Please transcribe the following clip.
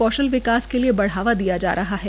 कौशल विकास के लिए बढ़ावा दिया जा रहा है